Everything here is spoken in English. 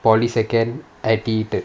polytechnic second I_T_E third